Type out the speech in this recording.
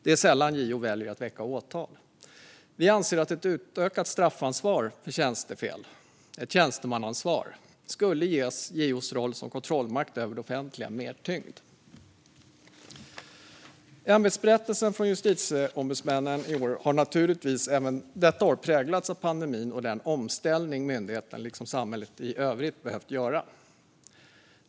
Det är sällan JO väljer att väcka åtal. Vi anser att ett utökat straffansvar för tjänstefel, ett tjänstemannaansvar, skulle ge JO:s roll som kontrollmakt över det offentliga mer tyngd. Ämbetsberättelsen från Justitieombudsmannen har naturligtvis även detta år präglats av pandemin och den omställning som myndigheterna, liksom samhället i övrigt, har behövt göra.